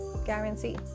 Guarantee